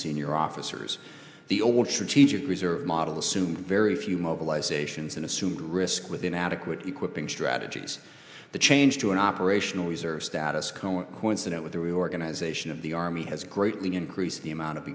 senior officers the old strategic reserve model assume very few mobilizations an assumed risk with inadequate equipping strategies the change to an operational reserve status coincident with the reorganization of the army has greatly increased the amount of